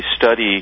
study